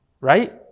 right